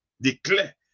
declare